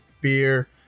beer